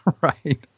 Right